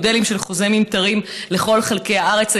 מודלים של אחוזי ממטרים לכל חלקי הארץ.